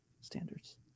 standards